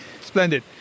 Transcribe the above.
splendid